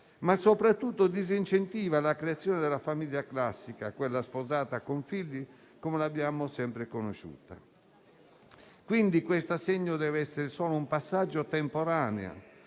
ma soprattutto disincentiva la creazione della famiglia classica, quella sposata con figli, come l'abbiamo sempre conosciuta. Questo assegno deve essere quindi solo un passaggio temporaneo